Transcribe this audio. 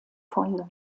folge